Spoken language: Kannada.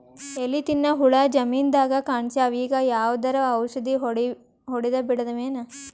ಎಲಿ ತಿನ್ನ ಹುಳ ಜಮೀನದಾಗ ಕಾಣಸ್ಯಾವ, ಈಗ ಯಾವದರೆ ಔಷಧಿ ಹೋಡದಬಿಡಮೇನ?